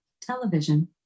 television